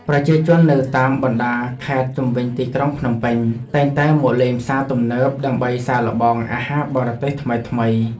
ប្រជាជននៅតាមបណ្តាខេត្តជុំវិញទីក្រុងភ្នំពេញតែងតែមកលេងផ្សារទំនើបដើម្បីសាកល្បងអាហារបរទេសថ្មីៗ។